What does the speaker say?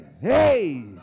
hey